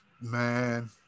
Man